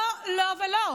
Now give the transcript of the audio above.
לא, לא ולא,